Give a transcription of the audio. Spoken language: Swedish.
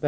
dem.